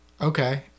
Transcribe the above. Okay